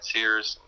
Sears